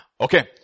Okay